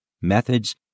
methods